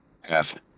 Half